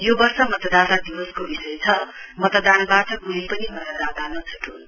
यो वर्ष मतदाता दिवसको विषय छ मतदानवाट कुनै पनि मतदाता नछुटुन्